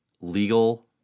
legal